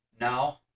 now